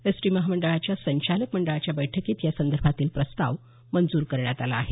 ST महामंडळाच्या संचालक मंडळाच्या बैठकीत यासंदर्भातील प्रस्ताव मजूर करण्यात आला आहे